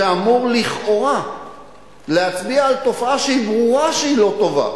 שאמור לכאורה להצביע על תופעה שברור שהיא לא טובה.